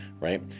right